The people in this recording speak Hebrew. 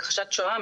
הכחשת שואה,